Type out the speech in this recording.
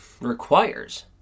requires